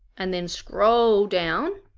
and then scroll down